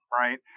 right